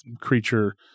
creature